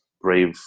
brave